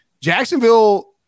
Jacksonville